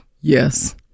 Yes